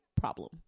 problem